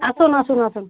আসুন আসুন আসুন